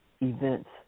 events